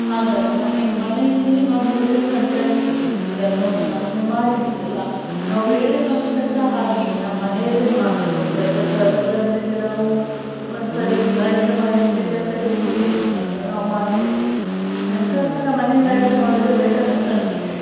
ಹಾಗಾಗಿ ಮನೆಯ ಮನೆಯಲ್ಲಿ ಮಾಡೋದೇ ಬೆಸ್ಟ್ ಅಂತ ಎಣಿಸ್ತದೆ ಇದನ್ನು ನೋಡಿ ನಾವೊಮ್ಮೆ ಮಾಡಿದ್ವಿ ಅಲ್ಲ ನಾವು ಬೇರೆ ಫಂಕ್ಷನ್ಸ ಹಾಗೆಯೇ ನಮ್ಮ ಮನೆಯಲ್ಲೇ ಮಾಡೋದು ಒಂದು ಐವತ್ತು ಅರ್ವತ್ತು ಜನರಿಗೆ ನಾವು ಒಂದ್ಸರಿ ಅಡುಗೆ ಮಾಡಲಿಕ್ಕೆ ಕೆಪ್ಯಾಸಿಟಿ ಇದೆ ನಮ್ಮಹತ್ರ ನಾವು ಮಾಡ್ತೇವೆ ನನ್ನ ಪ್ರಕಾರ ಮನೆಯಲ್ಲಿ ಅಡುಗೆ ಮಾಡೋದೇ ಬೆಟರ್ ಅಂತನಿಸ್ತದೆ